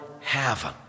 heaven